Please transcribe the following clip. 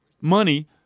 money